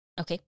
Okay